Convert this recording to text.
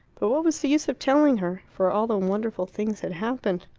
but what was the use of telling her? for all the wonderful things had happened.